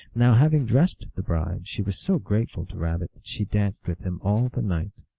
now having dressed the bride, she was so grateful to rabbit that she danced with him all the night.